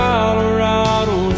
Colorado